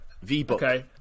V-book